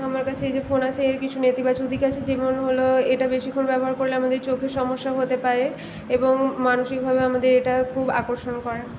আমার কাছে যে ফোন আছে এর কিছু নেতিবাচক দিক আছে যেমন হলো এটা বেশিক্ষণ ব্যবহার করলে আমাদের চোখের সমস্যা হতে পারে এবং মানসিকভাবে আমাদের এটা খুব আকর্ষণ করে